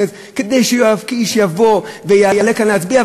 כדי שיואב קיש יבוא ויעלה כאן להצביע,